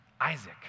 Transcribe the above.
Isaac